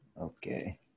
Okay